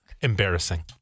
embarrassing